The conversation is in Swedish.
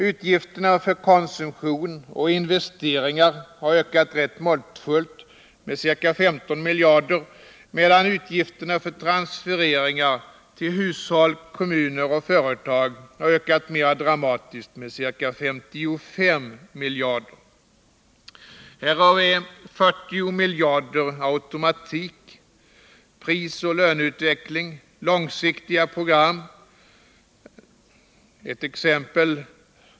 Utgifterna för konsumtion och investeringar har ökat rätt måttfullt, med ca 15 miljarder, medan utgifterna för transfereringar till hushåll, kommuner och företag har ökat mera dramatiskt, med ca 55 miljarder. Härav är 40 miljarder som beror på automatiken: prisoch löneutveckling samt långsiktiga program.